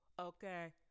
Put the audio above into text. okay